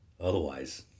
Otherwise